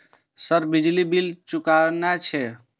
Sir बिजली bill चूकेना छे?